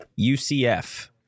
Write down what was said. UCF